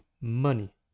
money